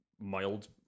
mild